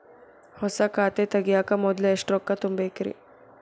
ಹೊಸಾ ಖಾತೆ ತಗ್ಯಾಕ ಮೊದ್ಲ ಎಷ್ಟ ರೊಕ್ಕಾ ತುಂಬೇಕ್ರಿ?